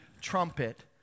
trumpet